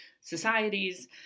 societies